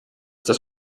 das